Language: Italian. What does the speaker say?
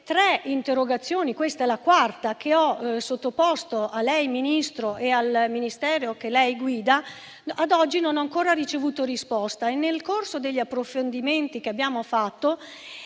tre interrogazioni - questa è la quarta - che ho sottoposto a lei, Ministro, e al Ministero che lei guida, ad oggi non ho ancora ricevuto risposta. Nel corso degli approfondimenti che abbiamo fatto,